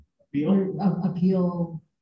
appeal